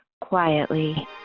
quietly